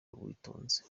uwitonze